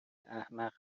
احمق